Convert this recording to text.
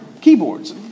keyboards